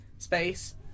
space